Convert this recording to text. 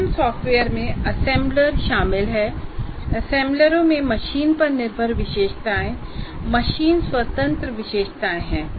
system software में assembler शामिल हैं और असेंबलरों में मशीन पर निर्भर विशेषताएं और मशीन स्वतंत्र विशेषताएं हैं